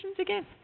again